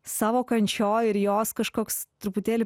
savo kančioj ir jos kažkoks truputėlį